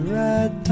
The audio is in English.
red